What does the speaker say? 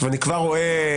אני כבר רואה,